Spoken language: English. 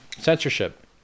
censorship